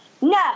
No